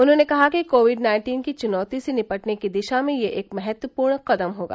उन्होंने कहा कि कोविड नाइन्टीन की चुनौती से निपटने की दिशा में यह एक महत्वपूर्ण कदम होगा